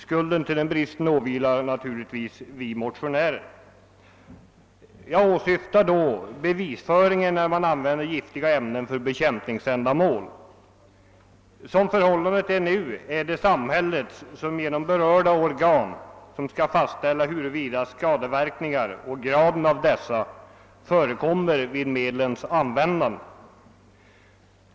Skulden till den bristen åvilar naturligtvis oss motionärer. Jag åsyftar då bevisföringen när man använder giftiga ämnen för bekämpningsändamål. Som förhållandet är nu är det samhället som genom berörda organ skall fastställa huruvida skadeverkningar föirekommer vid medlens användande och i så fall i vilken grad.